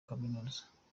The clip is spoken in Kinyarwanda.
kaminuza